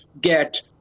get